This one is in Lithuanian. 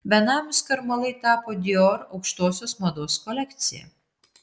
benamių skarmalai tapo dior aukštosios mados kolekcija